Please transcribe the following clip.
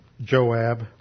Joab